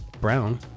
brown